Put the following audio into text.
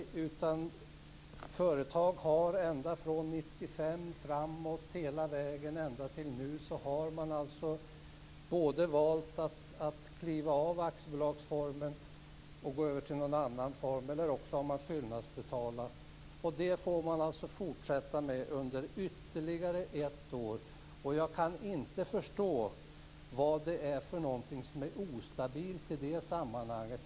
Företagen har haft hela tiden från 1995 och fram till nu på sig för att välja att kliva av aktiebolagsformen för att gå över i någon annan företagsform eller att fyllnadsbetala. Och detta får företagen fortsätta med under ytterligare ett år. Jag kan inte förstå vad det är för något som är ostabilt i detta sammanhang.